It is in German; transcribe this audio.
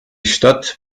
stadt